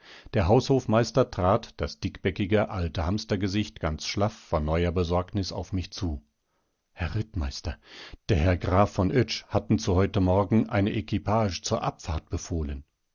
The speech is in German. der haushofmeister trat das dickbäckige alte hamstergesicht ganz schlaff vor neuer besorgnis auf mich zu herr rittmeister der herr graf von oetsch hatten zu heute morgen eine equipage zur abfahrt befohlen